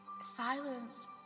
Silence